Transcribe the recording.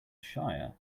shire